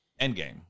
Endgame